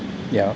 yeah